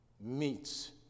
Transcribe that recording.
meets